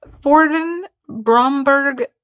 Forden-Bromberg